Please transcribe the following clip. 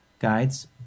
Guides